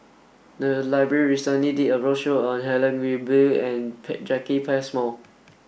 the library recently did a roadshow on Helen Gilbey and Jacki Passmore